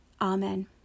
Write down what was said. Amen